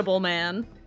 man